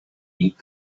eat